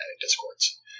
discords